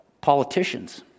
politicians